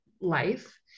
life